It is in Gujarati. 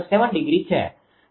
07° છે